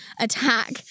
attack